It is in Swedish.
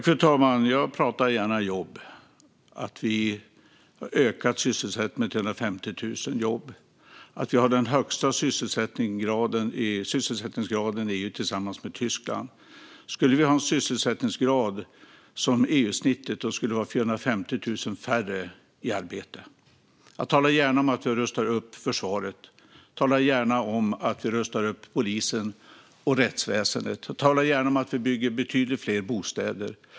Fru talman! Jag pratar gärna om jobb och om att vi har ökat sysselsättningen med 350 000 jobb. Vi har tillsammans med Tyskland den högsta sysselsättningsgraden i EU. Skulle vi ha en sysselsättningsgrad som EU-snittet skulle vi ha 450 000 färre i arbete. Jag talar gärna om att vi rustar upp försvaret. Jag talar gärna om att vi rustar upp polisen och rättsväsendet. Jag talar gärna om att vi bygger betydligt fler bostäder.